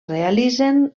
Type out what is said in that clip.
realitzen